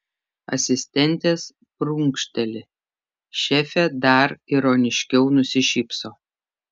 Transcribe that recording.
asistentės prunkšteli šefė dar ironiškiau nusišypso